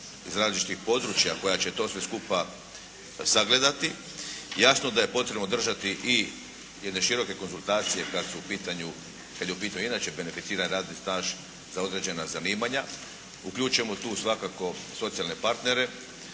iz različitih područja koja će to sve skupa sagledati i jasno da je potrebno održati i jedne široke konzultacije kad su u pitanju, kad je u pitanju inače beneficirani radni staž za određena pitanja. Uključujemo tu svakako socijalne partnere,